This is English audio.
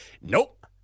nope